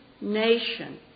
nation